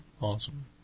Awesome